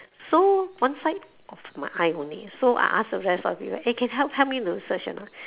so one side of my eye only so I ask the rest of the people eh can help help me to search anot